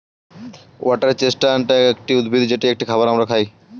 water chestnut একটি উদ্ভিদ যেটা একটি খাবার আমরা খাই